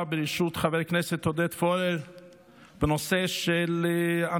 בראשות חבר הכנסת עודד פורר בנושא אנטישמיות,